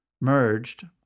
merged